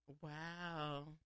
Wow